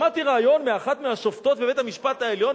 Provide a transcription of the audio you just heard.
שמעתי ריאיון עם אחת מהשופטות בבית-המשפט העליון,